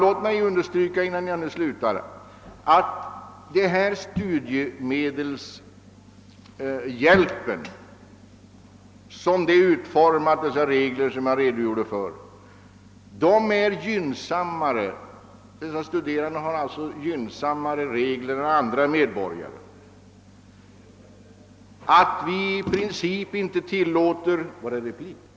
Jag vill understryka att de studerande enligt de regler som gäller för studiemedelshjälpen nu har betydligt gynnsammare villkor än andra medborgare. Ja, herr talman, eftersom min repliktid är slut kan jag inte utveckla saken ytterligare.